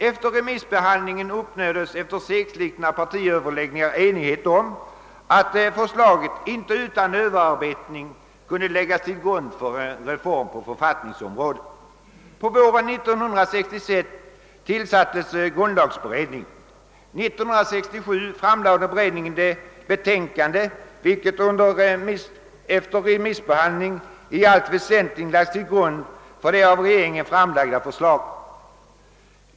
Efter remissbehandlingen uppnåddes efter segslitna partiöverläggningar enighet om att förslaget inte utan Ööverarbetning kunde läggas till grund för en reform på författningsområdet. På våren 1966 tillsattes grundlagberedningen. År 1967 framlade beredningen det betänkande, vilket efter remissbehandling i allt väsentligt lagts till grund för det av regeringen framlagda förslaget.